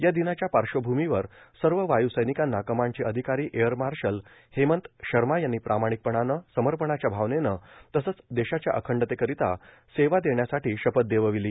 या दिनाच्या पार्श्वभूमीवर सर्व वायू सैनिकांना कमांडचे अधिकारी एअर मार्शल हेमंत शर्मा यांनी प्रामाणिकपणानं समर्पणाच्या भावनेनं तसंच देशाच्या अखंडतेकरिता सेवा देण्यासाठी शपथ देवविली